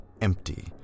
empty